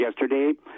yesterday